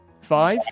Five